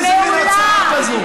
איזה מין הצעה זו?